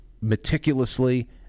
meticulously